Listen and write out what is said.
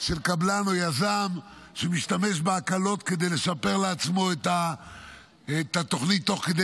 של קבלן או יזם שמשתמש בהקלות כדי לשפר לעצמו את התוכנית תוך כדי